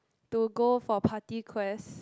to go for party quest